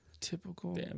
Typical